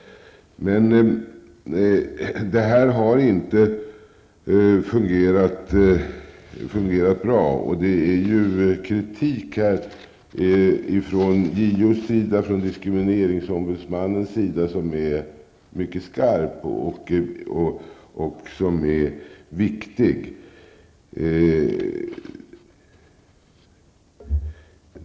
Men detta har inte fungerat bra. Det har förts fram kritik från JO och diskrimineringsombudsmannen som är mycket skarp och viktig.